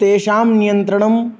तेषां नियन्त्रणं